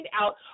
out